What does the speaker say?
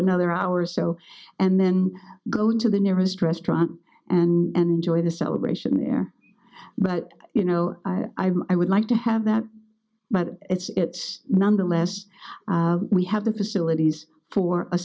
another hour or so and then go to the nearest restaurant and enjoy the celebration there but you know i would like to have that but it nonetheless we have the facilities for a